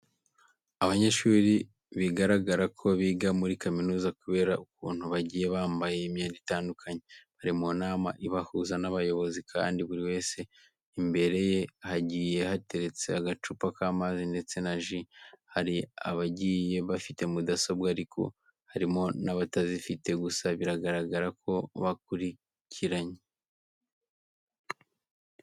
Abanyeshuri bigaragara ko biga muri kaminuza kubera ukuntu bagiye bambaye imyenda itandukanye, bari mu nama ibahuza n'abayobozi kandi buri wese imbere ye hagiye hateretse agacupa k'amazi ndetse na ji. Hari abagiye bafite mudasobwa ariko harimo n'abatazifite, gusa biragaragara ko bakurikiye.